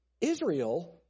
Israel